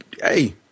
Hey